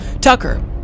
Tucker